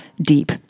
deep